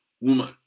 woman